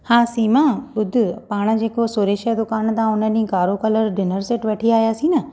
हा सीमा ॿुधि पाण जेको सुरेश जे दुकान तां हुन ॾींहुं कारो कलरु जो डिनर सेट वठी आयासीं न